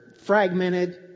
fragmented